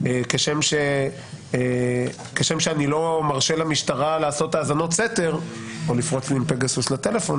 כשם שאני לא מרשה למשטרה לעשות האזנות סתר או לפרוץ לי עם פגסוס לטלפון,